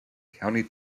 county